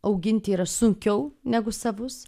auginti yra sunkiau negu savus